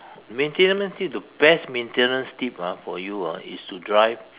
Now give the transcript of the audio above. maintenance need the best maintenance tip ah for you ah is to drive